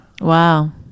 wow